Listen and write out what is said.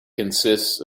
consists